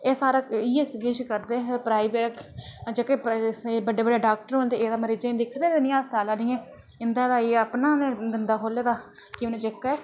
एह् सारा किश इयै करदे हे प्राईवेट जेह्के बड्डे बड्डे डाक्टर होंदे एह् ते मरीजें गी दिक्खदे निं हैन अस्ताल आह्नियै इंदा एह् अपना गै धंधा खोह्ले दा कि उनें जेह्का ऐ